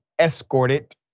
escorted